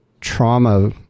trauma